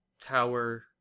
tower